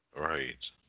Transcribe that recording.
Right